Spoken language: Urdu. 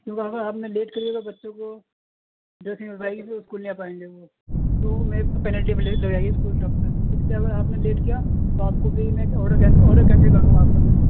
کیونکہ اگر آپ نے لیٹ کر دیا تو بچوں کو ڈریس نہیں بن پائے گی اس لیے اسکول نہیں آ پائیں گے وہ تو میں تو پینالٹی میں ہو جائے گی اسکول کی طرف سے اس لیے اگر آپ نے لیٹ کیا تو آپ کو بھی میں آڈر کین آڈر کینسل کر دوں گا آپ کا میں